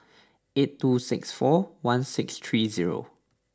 eight two six four one six three zero